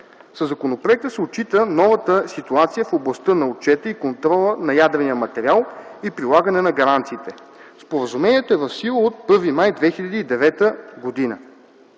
Със законопроекта се отчита новата ситуация в областта на отчета и контрола на ядрения материал и прилагане на гаранциите. Споразумението е в сила от 1 май 2009 г.